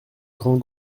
grands